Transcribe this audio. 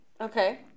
okay